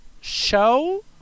show